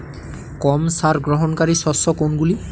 কম সার গ্রহণকারী শস্য কোনগুলি?